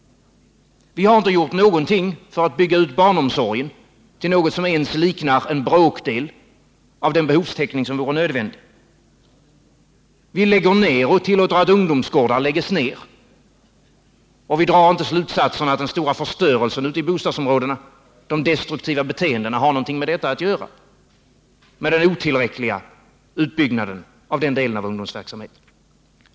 Vi har inte gjort någonting för att bygga ut barnomsorgen till något som ens liknar en bråkdel av den behovstäckning som vore nödvändig. Vi tillåter att ungdomsgårdar läggs ner. Vi drar inte slutsatsen att den stora förstörelsen i bostadsområdena, de destruktiva beteendena, har någonting att göra med den otillräckliga utbyggnaden av den delen av ungdomsverksamheten.